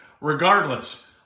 regardless